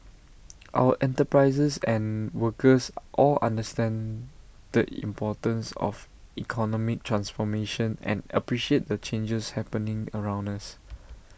our enterprises and workers all understand the importance of economic transformation and appreciate the changes happening around us